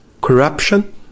corruption